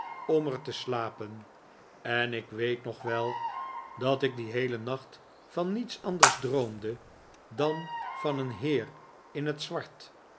om er te slapen en ik weet nog wel dat ik dien heelen nacht van niets anders droomde dan van een heer in het zwart